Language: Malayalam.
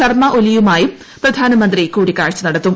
ശർമ്മ ഒലിയുമായും പ്രധാനമന്ത്രി കൂടിക്കാഴ്ച നടത്തും